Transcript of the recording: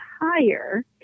higher